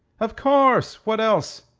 of course. what else?